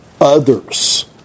others